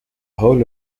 whole